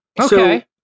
Okay